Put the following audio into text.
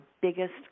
biggest